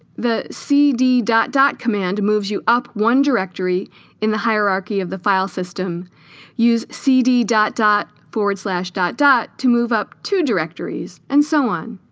the cd dot dot command moves you up one directory in the hierarchy of the filesystem use cd dot dot forward slash dot dot to move up to directories and so on